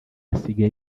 asigaye